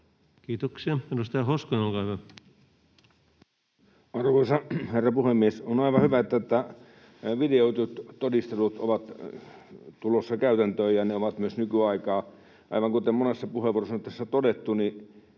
Time: 20:12 Content: Arvoisa herra puhemies! On aivan hyvä, että videoidut todistelut ovat tulossa käytäntöön, ja ne ovat myös nykyaikaa. Aivan kuten monessa puheenvuorossa on todettu,